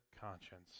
conscience